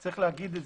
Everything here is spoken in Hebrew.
יש לומר זאת.